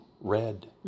red